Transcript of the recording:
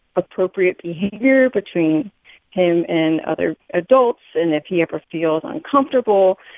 appropriate behavior between him and other adults. and if he ever feels uncomfortable,